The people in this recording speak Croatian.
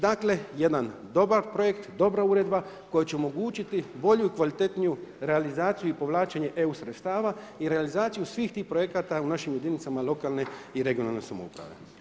Dakle, jedan dobar projekt, dobra uredba koja će omogućiti bolju i kvalitetniju realizaciju i povlačenje EU sredstava i realizaciju svih tih projekata u našim jedinicama lokalne i regionalne samouprave.